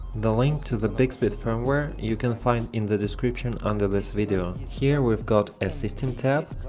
the link to the bixbit firmware you can find in the description under this video. here we've got a system tab,